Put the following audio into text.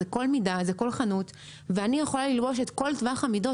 זה כל חנות ואני יכולה ללבוש את כל טווח המידות.